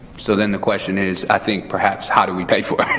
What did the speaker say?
so, then, the question is, i think, perhaps, how do we pay for